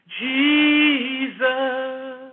Jesus